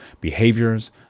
behaviors